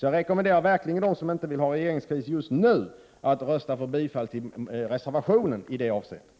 Jag rekommenderar verkligen de som inte vill ha en regeringskris just nu att bifalla reservationen i fråga.